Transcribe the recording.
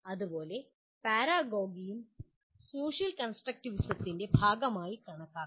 അതുപോലെ "പാരാഗോഗി"യും സോഷ്യൽ കൺസ്ട്രക്റ്റിവിസത്തിൻ്റെ ഭാഗമായി കണക്കാക്കാം